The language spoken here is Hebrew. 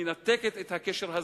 ומנתקת את הקשר הזה.